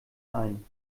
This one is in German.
ein